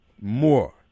More